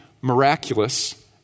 miraculous